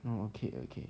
um okay okay